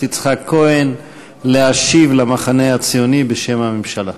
יצחק כהן להשיב למחנה הציוני בשם הממשלה.